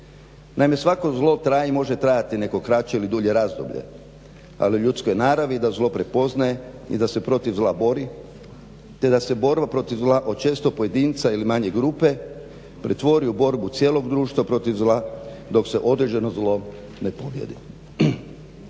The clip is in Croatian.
Naime, svako zlo traje i može trajati neko kraće ili dulje razdoblje, ali u ljudskoj je naravi da zlo prepoznaje i da se protiv zla bori te da se borba protiv zla od često pojedinca ili manje grupe pretvori u borbu cijelog društva protiv zla dok se određeno zlo ne pobijedi.